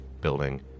building